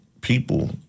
people